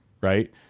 right